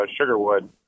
Sugarwood